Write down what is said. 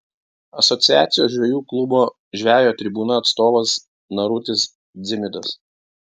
asociacijos žvejų klubo žvejo tribūna atstovas narutis dzimidas